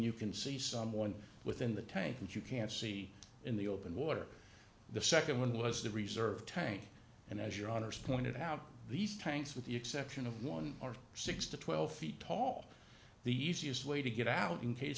you can see someone within the tank and you can't see in the open water the nd one was the reserve tank and as your honour's pointed out these tanks with the exception of one or six to twelve feet tall the easiest way to get out in case